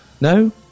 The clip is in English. No